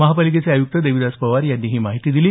महापालिकेचे आयुक्त देविदास पवार यांनी ही माहिती दिली